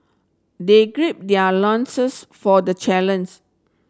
they gird their nonsense for the